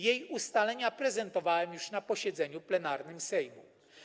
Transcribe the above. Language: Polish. Jej ustalenia prezentowałem już na posiedzeniu plenarnym Sejmu.